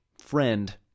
friend